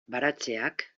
baratzeak